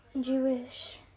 Jewish